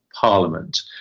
parliament